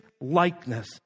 likeness